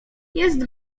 jest